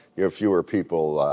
you have fewer people